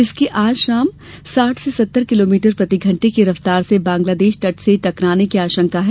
इसके आज शाम साठ से सत्तर किलोमीटर प्रतिघंटे की रफ्तार से बंगलादेश तट से टकराने की आशंका है